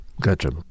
Gotcha